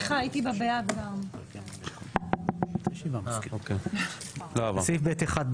הצבעה בעד, 7 נגד,